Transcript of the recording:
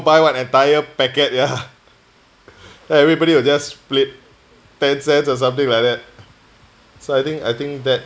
buy one entire packet yeah and everybody will just split ten cents or something like that so I think I think that